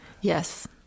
Yes